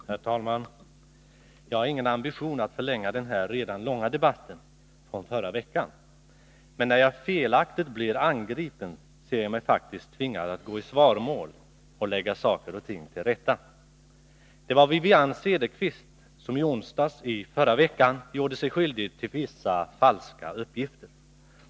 Herr talman! Jag har ingen ambition att förlänga den här redan långa debatten från förra veckan. Men när jag felaktigt blir angripen, ser jag mig faktiskt tvingad att gå i svaromål och lägga saker och ting till rätta. Det var Wivi-Anne Cederqvist, som i onsdags i förra veckan gjorde sig skyldig till vissa falska uppgifter.